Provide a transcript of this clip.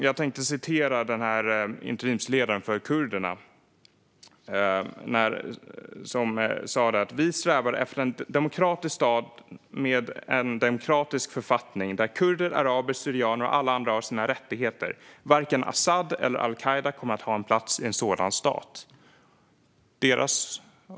Jag läser upp vad interimsledaren för kurderna har sagt: Vi strävar efter en demokratisk stat med en demokratisk författning, där kurder, araber, syrianer och alla andra har sina rättigheter. Varken Asad eller al-Qaida kommer att ha en plats i en sådan stat.